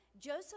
Joseph